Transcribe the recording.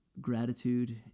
gratitude